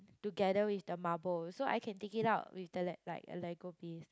together with the marble so I can take it out with the like like a lego piece